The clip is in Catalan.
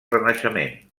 renaixement